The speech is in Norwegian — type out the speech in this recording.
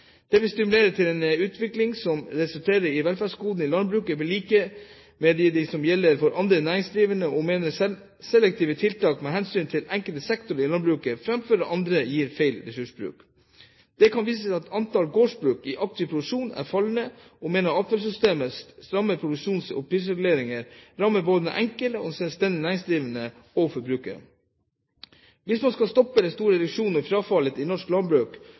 Det vil stimulere til en utvikling som resulterer i at velferdsgodene i landbruket blir lik dem som gjelder for andre næringsdrivende, og vi mener at selektive tiltak med hensyn til enkelte sektorer i landbruket framfor andre gir feil ressursbruk. Det kan vises til at antall gårdsbruk i aktiv produksjon er fallende, og vi mener at avtalesystemets stramme produksjons- og prisreguleringer rammer både den enkelte selvstendig næringsdrivende og forbrukerne. Hvis man skal stoppe den store reduksjonen og frafallet i norsk landbruk,